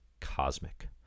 cosmic